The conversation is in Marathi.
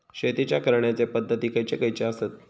शेतीच्या करण्याचे पध्दती खैचे खैचे आसत?